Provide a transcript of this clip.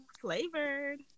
flavored